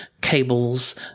cables